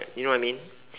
you know what I mean